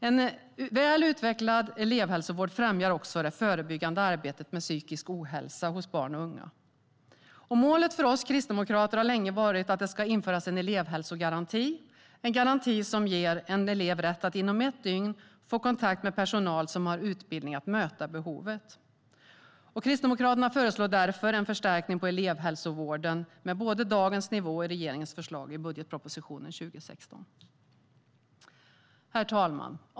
En väl utvecklad elevhälsovård främjar också det förebyggande arbetet med psykisk ohälsa hos barn och unga. Målet för oss kristdemokrater har länge varit att det ska införas en elevhälsogaranti - en garanti som ger en elev rätt att inom ett dygn få kontakt med personal som har utbildning för att möta behovet. Kristdemokraterna föreslår därför en förstärkning på elevhälsovården jämfört med både dagens nivå och regeringens förslag i budgetproposition 2016. Herr talman!